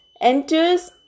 enters